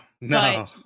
no